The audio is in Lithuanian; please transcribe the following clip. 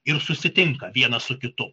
ir susitinka vienas su kitu